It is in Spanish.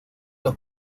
los